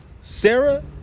Sarah